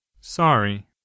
Sorry